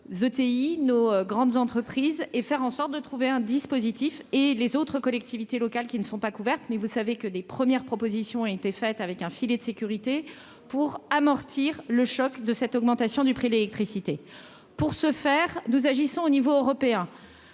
nos grandes entreprises et faire en sorte de trouver un dispositif et les autres collectivités locales qui ne sont pas couvertes mais vous savez que des premières propositions ont été faites avec un filet de sécurité pour amortir le choc de cette augmentation du prix de l'électricité pour ce faire, nous agissons au niveau européen,